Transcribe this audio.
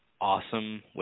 awesome